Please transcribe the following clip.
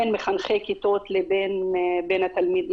בין מחנכי כיתות לבין התלמידים.